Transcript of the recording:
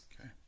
Okay